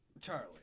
Charlie